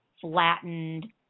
flattened